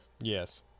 yes